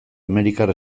amerikar